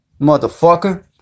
motherfucker